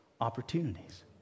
Opportunities